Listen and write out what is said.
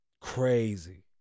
crazy